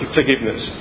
forgiveness